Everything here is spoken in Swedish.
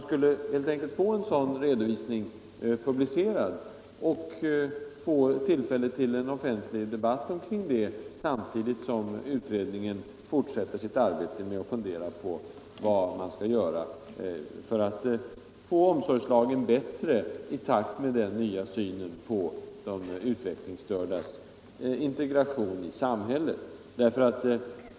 Genom att en sådan redovisning publicerades skulle det bli tillfälle till en offentlig debatt omkring den samtidigt som utredningen fortsatte sitt arbete med att fundera på hur omsorgslagen bättre skulle bringas i överensstämmelse med den nya synen på de utvecklingsstördas integration i samhället.